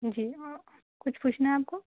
جی کچھ پوچھنا ہے آپ کو